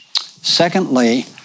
secondly